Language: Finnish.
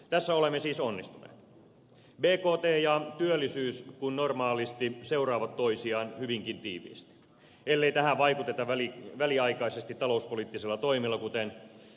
tässä olemme siis onnistuneet bkt ja työllisyys kun normaalisti seuraavat toisiaan hyvinkin tiiviisti ellei tähän vaikuteta väliaikaisesti talouspoliittisilla toimilla kuten nyt tehtiin